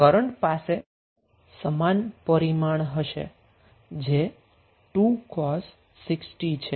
current પાસે પણ સમાન મેગ્નીટ્યુડ હશે જે 2 cos 6t છે